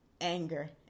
anger